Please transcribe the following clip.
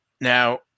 Now